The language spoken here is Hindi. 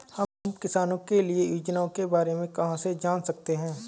हम किसानों के लिए योजनाओं के बारे में कहाँ से जान सकते हैं?